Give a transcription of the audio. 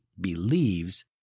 believes